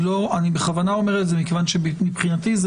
אני בכוונה אומר את זה מכיוון שמבחינתי זה